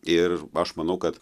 ir aš manau kad